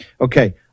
okay